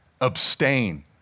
abstain